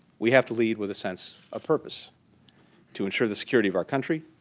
we have to lead with a sense of purpose to ensure the security of our country,